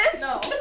no